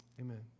Amen